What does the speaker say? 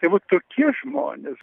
tai va tokie žmonės